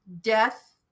death